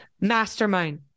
mastermind